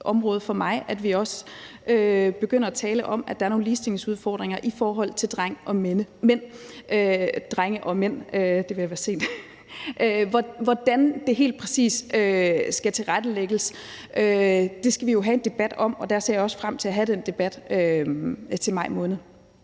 fokusområde for mig, at vi begynder at tale om, at der er nogle ligestillingsudfordringer i forhold til drenge og mænd. Hvordan det helt præcis skal tilrettelægges, skal vi jo have en debat om, og der ser jeg også frem til at have den debat til maj måned.